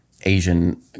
Asian